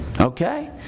Okay